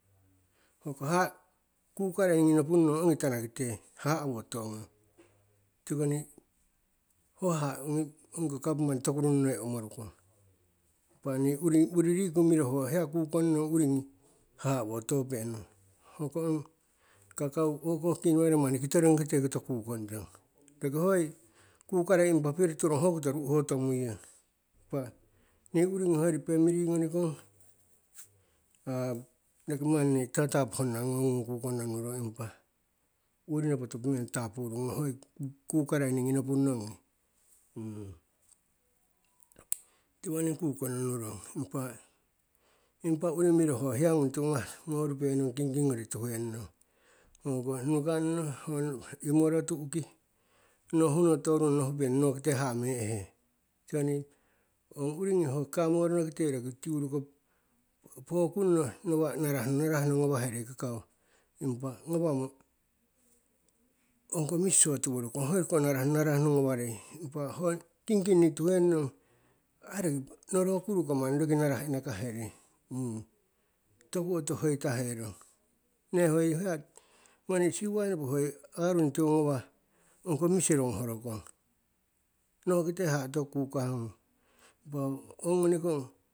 Hoko haha'a, kukarei ni ngi nopung nong, ongi tanakite haha'a wo togung. tiko ni ho haha'a ong ngi, ong ngi ko gavman toku runni noi omorukong. Impa ni uri uri riku miro ho hiya kukon nong uri ngi haha'a wo topenong. Hoko ong kakau o'oko kinowarei manni kitorino kite koto kukong yong, roki hoi kukarei impa piro turong ho koto ru'uho tomuiyong. Impa ni uri ngi hoyori femili ngonikong, roki manni tatapu honna ngo gung kukonno nurong, impa, urinopo topo meng tapuru ngung, hoi kukarei nigi nopunong ngi. tiwoning kukonno nurong, impa, impa uri miro ho iya ngung tiwo ngawah ngorupe nong kingking ngori tuhenong. Ho ong koh nukang nno, honno imoro tu'uki, nohuno torunno nohurupe nong, nokite haha'a me'ehe. Tiko ni owo uri ngi ho kaumorono kite, roki tiuruko pokunno nawa'a narah nno, narah nno ngawahere ho kakau, impa ngawamo ongko misi soti worokong horiko narah, no narah no ngawarei. Impa ho kingking ni tuhenong, ai roki norokuruko manni roki narah inakahere. toku owotiwo hoitahe rong, nne hoi hiya, ngoni siwai nopo hoi arung tiwo ngawah ongko misi rogu horokong, nokite haha'a toku kukah ngung, impa ong ngoni kong